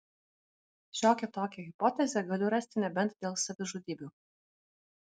šiokią tokią hipotezę galiu rasti nebent dėl savižudybių